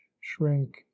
shrink